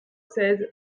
seize